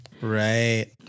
Right